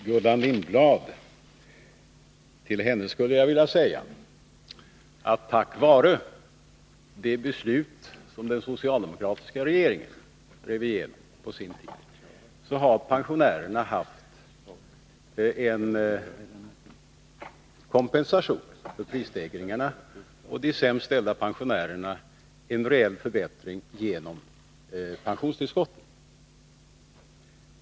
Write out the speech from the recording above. Herr talman! Till Gullan Lindblad skulle jag vilja säga att tack vare det beslut som den socialdemokratiska regeringen på sin tid drev igenom har pensionärerna haft en kompensation för prisstegringarna. Och de sämst ställda pensionärerna har haft en reell förbättring genom pensionstillskotten.